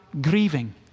grieving